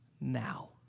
now